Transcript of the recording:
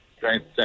Thanks